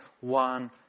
one